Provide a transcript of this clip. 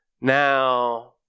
now